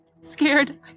scared